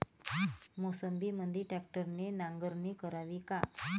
मोसंबीमंदी ट्रॅक्टरने नांगरणी करावी का?